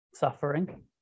suffering